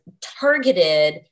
targeted